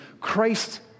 Christ